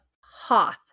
Hoth